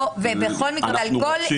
ובכל מקרה,